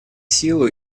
силу